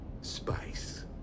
spice